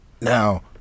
Now